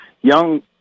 young